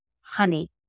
honey